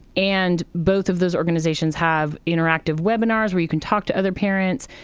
and both of those organizations have interactive webinars where you can talk to other parents.